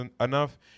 enough